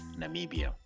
Namibia